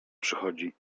przychodzi